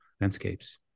landscapes